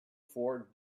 for